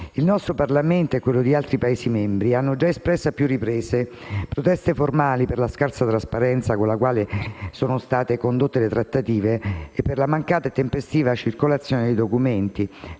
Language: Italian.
Il nostro Parlamento e quelli di altri Paesi membri hanno già espresso, a più riprese, proteste formali per la scarsa trasparenza con la quale sono state condotte le trattative e per la mancata e tempestiva circolazione dei documenti,